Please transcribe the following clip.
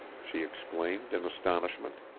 she exclaimed in astonishment,